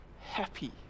happy